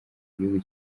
igihugu